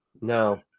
No